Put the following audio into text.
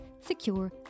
secure